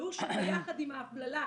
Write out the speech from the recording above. והוא שביחד עם ההפללה,